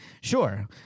sure